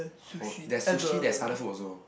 no there's sushi there's other food also